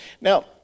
Now